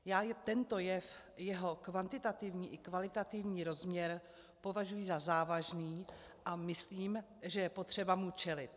Já tento jev, jeho kvalitativní i kvantitativní rozměr považuji za závažný, a myslím, že je potřeba mu čelit.